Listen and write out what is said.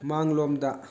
ꯃꯥꯡꯂꯣꯝꯗ